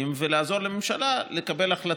ולעזור לממשלה לקבל החלטה.